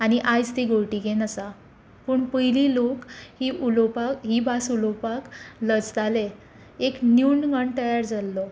आनी आयज ती घोळटीकेन आसा पूण पयलीं लोक ही उलोवपाक ही भास उलोवपाक लजताले एक न्यूनगंड तयार जाल्लो